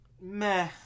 Meh